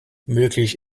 möglich